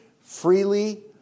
freely